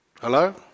Hello